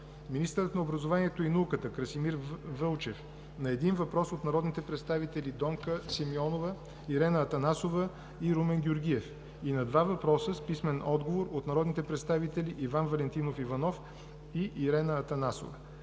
министърът на образованието и науката Красимир Вълчев – на един въпрос от народните представители Донка Симеонова, Ирена Анастасова и Веска Ненчева, и на два въпроса с писмен отговор от народните представители Иван Валентинов Иванов и Ирена Анастасова;